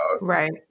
Right